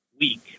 week